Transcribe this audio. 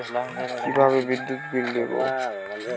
কিভাবে বিদ্যুৎ বিল দেবো?